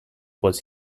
was